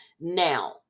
Now